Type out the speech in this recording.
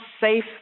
safe